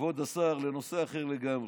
וכבוד השר, לנושא אחר לגמרי.